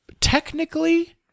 technically